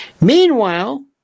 Meanwhile